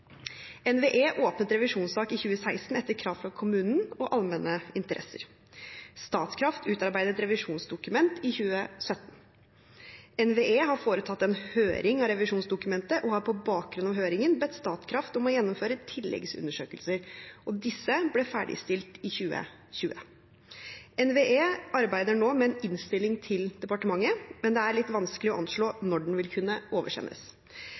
NVE åpnet revisjonssak i 2016 etter krav fra kommunen og allmenne interesser. Statkraft utarbeidet et revisjonsdokument i 2017. NVE har foretatt en høring av revisjonsdokumentet og har på bakgrunn av høringen bedt Statkraft om å gjennomføre tilleggsundersøkelser. Disse ble ferdigstilt i 2020. NVE arbeider nå med en innstilling til departementet, men det er litt vanskelig å anslå når den vil kunne oversendes.